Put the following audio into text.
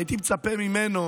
הייתי מצפה ממנו